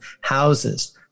Houses